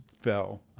fell